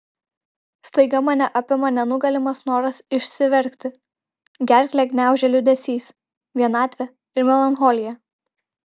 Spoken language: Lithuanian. staiga mane apima nenugalimas noras išsiverkti gerklę gniaužia liūdesys vienatvė ir melancholija